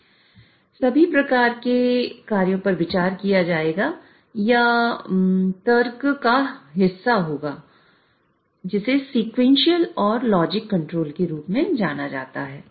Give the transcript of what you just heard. इन सभी प्रकार के कार्यों पर विचार किया जाएगा या इस तर्क का हिस्सा होगा जिसे सीक्वेंशियल और लॉजिक कंट्रोल के रूप में जाना जाता है